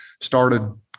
started